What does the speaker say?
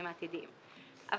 כי אני במלחמה --- רגע,